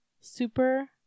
super